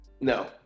No